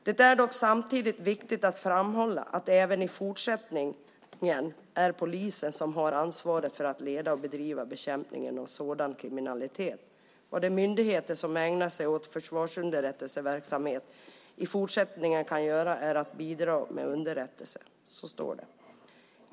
Det är dock samtidigt viktigt att framhålla att det även i fortsättningen är polisen som har ansvaret för att leda och bedriva bekämpningen av sådan kriminalitet. Vad de myndigheter som ägnar sig åt försvarsunderrättelseverksamhet i fortsättningen kan göra är att bidra med underrättelser."